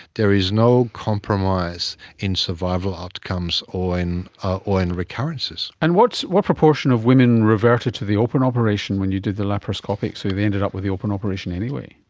there is no compromise in survival outcomes or in or in recurrences. and what proportion of women reverted to the open operation when you did the laparoscopic, so they ended up with the open operation anyway?